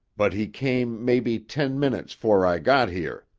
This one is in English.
but he came maybe ten minutes fore i got here.